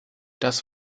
das